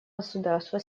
государства